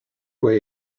way